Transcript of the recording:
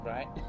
Right